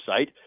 site